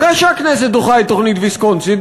אחרי שהכנסת דוחה את תוכנית ויסקונסין,